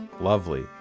Lovely